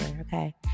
okay